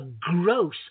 gross